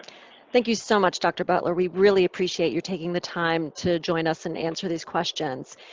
thank you so much, dr. butler. we really appreciate you taking the time to join us and answer these questions.